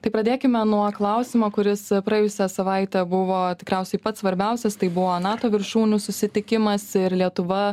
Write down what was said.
tai pradėkime nuo klausimo kuris praėjusią savaitę buvo tikriausiai pats svarbiausias tai buvo nato viršūnių susitikimas ir lietuva